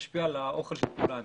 מה שמשפיע על האוכל של כולנו.